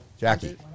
Jackie